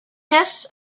tests